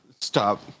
stop